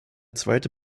zweite